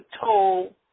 toll